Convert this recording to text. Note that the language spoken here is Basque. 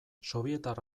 sobietar